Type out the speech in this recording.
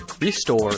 restore